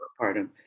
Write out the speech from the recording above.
postpartum